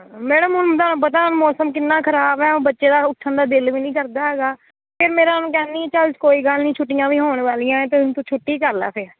madam ਹੁਣ ਤੁਹਾਨੂੰ ਪਤਾ ਮੌਸਮ ਕਿੰਨਾ ਖ਼ਰਾਬ ਹੈ ਬੱਚੇ ਦਾ ਉੱਠਣ ਦਾ ਦਿਲ ਵੀ ਨਹੀਂ ਕਰਦਾ ਹੈਗਾ ਫਿਰ ਮੇਰਾ ਉਹਨੂੰ ਕਹਿੰਦੀ ਚਲ ਕੋਈ ਗੱਲ ਨਹੀਂ ਛੁੱਟੀਆਂ ਵੀ ਹੋਣ ਵਾਲੀਆਂ ਤੈਨੂੰ ਤੂੰ ਛੁੱਟੀ ਕਰ ਲਾ ਫਿਰ